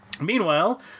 Meanwhile